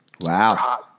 Wow